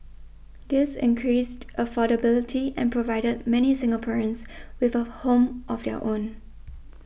this increased affordability and provided many Singaporeans with a home of their own